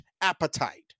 appetite